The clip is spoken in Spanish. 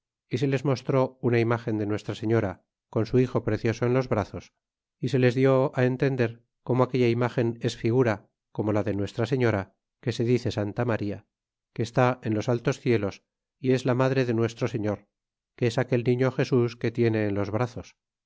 y se les mostró una imagen de nuestra señora con su hijo precioso en los brazos y se les lió entender como aquella imgen es figura como la de nuestra señora que se dice santa maría que está en los altos cielos y es la madre de nuestro señor que es aquel niño jesus que tiene en los brazos